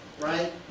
right